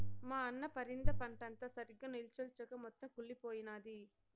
మా అన్న పరింద పంటంతా సరిగ్గా నిల్చొంచక మొత్తం కుళ్లిపోయినాది